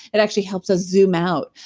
it actually helps us zoom out.